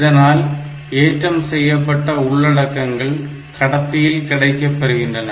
இதனால் ஏற்றம் செய்யப்பட்ட உள்ளடக்கங்கள் கடத்தியில் கிடைக்கபெறுகின்றது